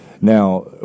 Now